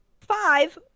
five